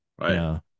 Right